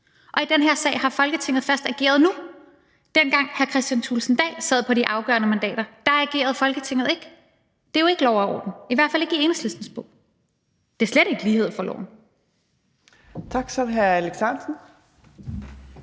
og i den her sag har Folketinget først ageret nu. Dengang hr. Kristian Thulesen Dahl sad på de afgørende mandater, agerede Folketinget ikke. Det er jo ikke et udtryk for lov og orden, i hvert fald ikke i Enhedslistens bog, og det er slet ikke lighed for loven.